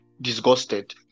disgusted